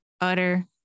utter